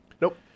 Nope